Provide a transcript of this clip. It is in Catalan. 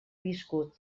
viscut